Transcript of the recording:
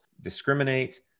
discriminate